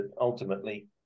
ultimately